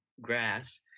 grass